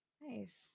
Nice